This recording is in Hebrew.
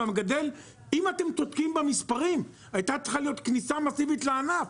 אם אתם צודקים במספרים הייתה צריכה להיות כניסה מסיבית לענף,